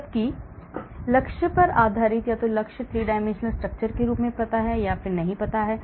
जबकि लक्ष्य पर आधारित या तो लक्ष्य 3 dimensional structure के रूप में पता है या नहीं पता है